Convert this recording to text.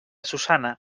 susanna